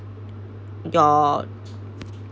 your